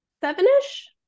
seven-ish